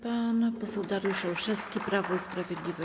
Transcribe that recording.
Pan poseł Dariusz Olszewski, Prawo i Sprawiedliwość.